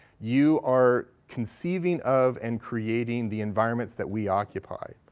you are conceiving of and creating the environments that we occupy.